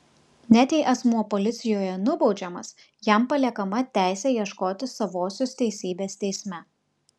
net jei asmuo policijoje nubaudžiamas jam paliekama teisė ieškoti savosios teisybės teisme